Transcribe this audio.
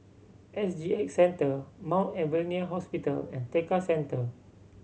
S G X Centre Mount Alvernia Hospital and Tekka Centre